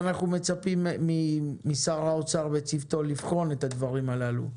אנחנו מצפים משר האוצר וצוותו לבחון את הדברים הללו.